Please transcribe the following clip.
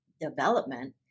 development